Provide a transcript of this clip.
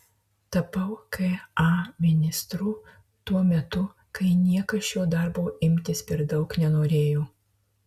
tapau ka ministru tuo metu kai niekas šio darbo imtis per daug nenorėjo